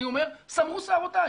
אני אומר לכם שסמרו שערותי.